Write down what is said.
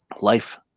life